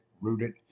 rooted